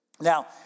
Now